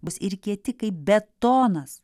bus ir kieti kaip betonas